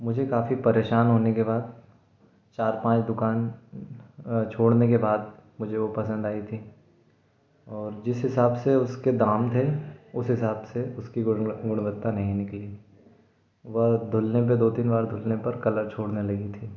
मुझे काफ़ी परेशान होने के बाद चार पाँच दुकान छोड़ने के बाद मुझे वो पसंद आई थी और जिस हिसाब से उसके दाम थे उसे हिसाब से उसकी गुणव गुणवत्ता नहीं निकली वह धुलने पे दो तीन बार धुलने पर कलर छोड़ने लगी थी